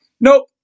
nope